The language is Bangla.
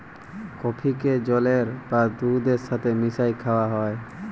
কফিকে জলের বা দুহুদের ছাথে মিশাঁয় খাউয়া হ্যয়